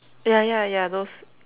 yeah yeah yeah those